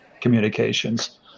communications